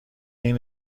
این